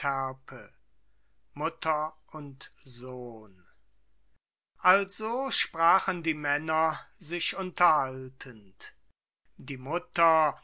mutter und sohn also sprachen die männer sich unterhaltend die mutter